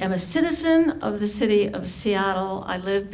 am a citizen of the city of seattle i live